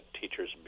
teachers